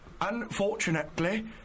Unfortunately